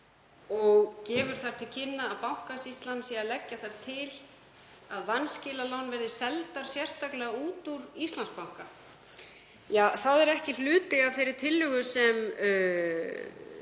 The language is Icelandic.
og gefur til kynna að Bankasýslan leggi til að vanskilalán verði seld sérstaklega út úr Íslandsbanka. Það er ekki hluti af þeirri tillögu sem